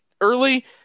early